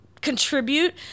contribute